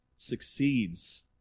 succeeds